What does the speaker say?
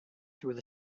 through